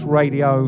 radio